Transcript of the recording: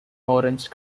orange